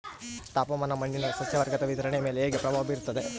ತಾಪಮಾನ ಮಣ್ಣಿನ ಸಸ್ಯವರ್ಗದ ವಿತರಣೆಯ ಮೇಲೆ ಹೇಗೆ ಪ್ರಭಾವ ಬೇರುತ್ತದೆ?